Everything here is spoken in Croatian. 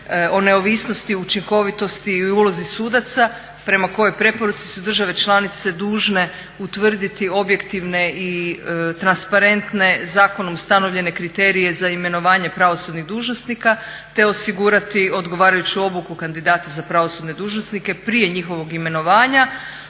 o neovisnosti, učinkovitosti i ulozi sudaca prema kojoj preporuci su države članice dužne utvrditi objektivne i transparentne zakonom ustanovljene kriterije za imenovanje pravosudnih dužnosnika, te osigurati odgovarajuću obuku kandidata za pravosudne dužnosnike prije njihovog imenovanja,